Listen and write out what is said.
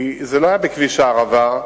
זה לא היה בכביש הערבה,